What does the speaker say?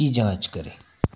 की जाँच करें